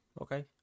Okay